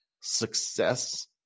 success